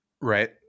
right